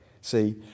see